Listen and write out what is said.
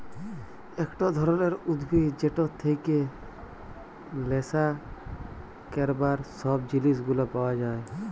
একট ধরলের উদ্ভিদ যেটর থেক্যে লেসা ক্যরবার সব জিলিস গুলা পাওয়া যায়